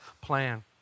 plan